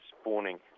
spawning